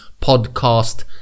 podcast